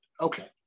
Okay